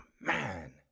man